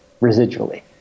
residually